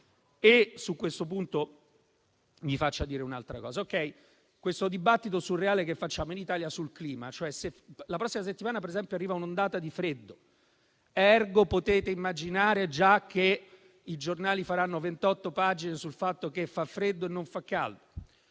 Su questo punto mi faccia dire qualcos'altro rispetto al dibattito surreale che facciamo in Italia sul clima. La prossima settimana, per esempio, arriverà un'ondata di freddo, ergo potete già immaginare che i giornali dedicheranno 28 pagine al fatto che fa freddo e non fa caldo;